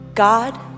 God